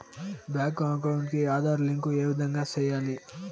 Bank account కి Aadhaar link ఏ విధంగా సెయ్యాలి?